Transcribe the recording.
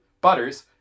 Butters